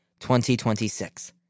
2026